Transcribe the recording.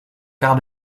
quart